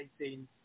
18